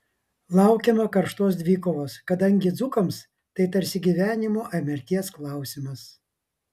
laukiama karštos dvikovos kadangi dzūkams tai tarsi gyvenimo ar mirties klausimas